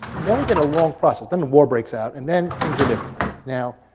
and then we get a long process, then the war breaks out, and then things are different. now,